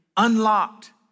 Unlocked